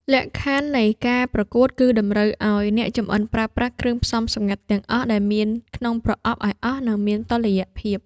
លក្ខខណ្ឌនៃការប្រកួតគឺតម្រូវឱ្យអ្នកចម្អិនប្រើប្រាស់គ្រឿងផ្សំសម្ងាត់ទាំងអស់ដែលមានក្នុងប្រអប់ឱ្យអស់ និងមានតុល្យភាព។